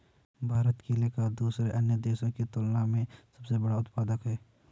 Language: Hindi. भारत केले का दूसरे अन्य देशों की तुलना में सबसे बड़ा उत्पादक है